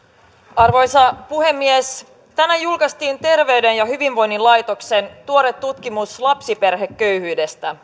arvoisa puhemies tänään julkaistiin terveyden ja hyvinvoinnin laitoksen tuore tutkimus lapsiperheköyhyydestä